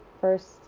first